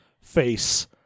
face